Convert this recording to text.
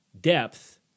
depth